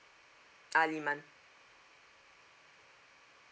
al iman